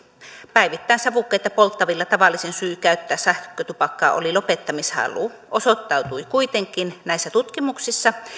päivittäin savukkeita polttavilla tavallisin syy käyttää sähkötupakkaa oli lopettamishalu osoittautui kuitenkin näissä tutkimuksissa